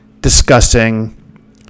discussing